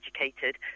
educated